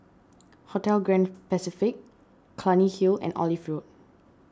Hotel Grand Pacific Clunny Hill and Olive Road